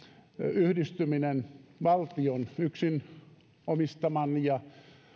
yhdistyminen valtion yksin omistaman ja